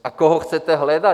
A koho chcete hledat?